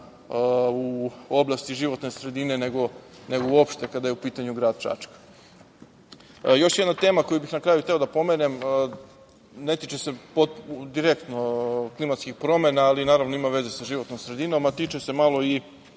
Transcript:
u oblasti životne sredine, nego uopšte kada je u pitanju grad Čačak. Još jedna tema koju bih na kraju hteo da pomenem, ne tiče se direktno klimatskih promena, ali naravno, ima veze sa životnom sredinom, a tiče se i